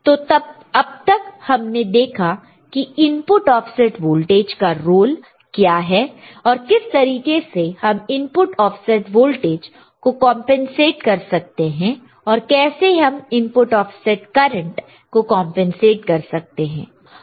तो अब तक हमने देखा है की इनपुट ऑफसेट वोल्टेज का रोल क्या है और किस तरीके से हम इनपुट ऑफसेट वोल्टेज को कंपनसेट कर सकते हैं और कैसे हम इनपुट ऑफसेट करंट को कंपनसेट कर सकते हैं